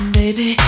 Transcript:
baby